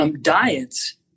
Diets